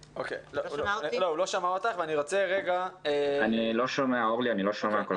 אורלי, אני לא שומע כל כך טוב.